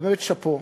ובאמת שאפו.